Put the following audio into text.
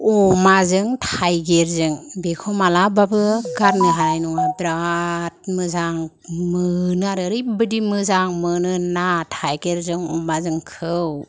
अमाजों थाइगिरजों बेखौ मालाबाबो गारनो हानाय नङा बिराद मोजां मोनो आरो ओरैबादि मोजां मोनो ना थाइगिरजों अमाजोंखौ